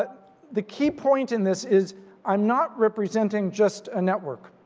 but the key point in this is i'm not representing just a network.